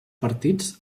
partits